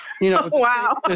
wow